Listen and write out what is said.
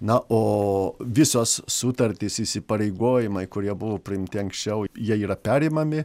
na o visos sutartys įsipareigojimai kurie buvo priimti anksčiau jie yra perimami